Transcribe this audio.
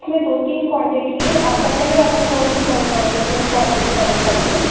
इसमें दो तीन क्वांटिटी है आप बताइए आपको कौन सी मतलब क्वॉलिटी वाली चाहिए